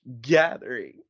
gathering